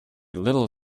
little